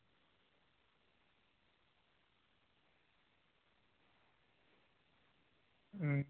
अं